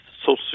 Social